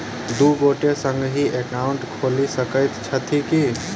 दु गोटे संगहि एकाउन्ट खोलि सकैत छथि की?